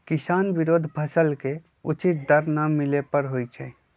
किसान विरोध फसल के उचित दर न मिले पर होई छै